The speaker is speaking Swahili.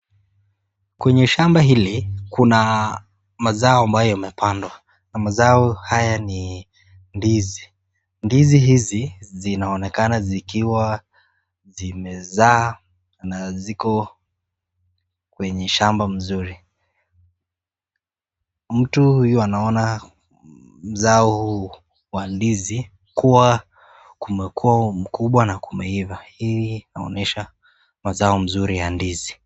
Kwenye shamba hili kuna mazao ambayo yamepandwa na mazao haya ni ndizi. Ndizi hizi zinaonekana zikiwa zimezaa na ziko kwenye shamba mzuri. Mtu huyu anaona zao huyu wa ndizi kuwa kumekuwa mkubwa na kumeiva. Hili linaonyesha mazao mzuri ya ndizi.